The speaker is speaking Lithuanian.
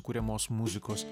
kuriamos muzikos